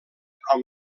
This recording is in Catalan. amb